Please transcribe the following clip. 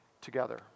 together